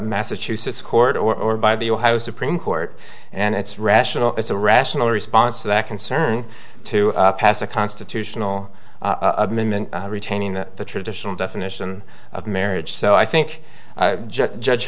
massachusetts court or by the ohio supreme court and it's rational it's a rational response to that concern to pass a constitutional amendment retaining the traditional definition of marriage so i think judge